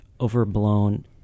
overblown